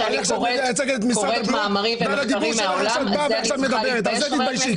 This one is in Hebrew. על זה שאני קוראת מאמרים ומחקרים מהעולם אני צריכה להתבייש?